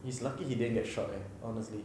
he is lucky he didn't get shot eh honestly